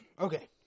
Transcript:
Okay